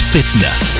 Fitness